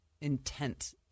intent